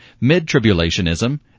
Mid-tribulationism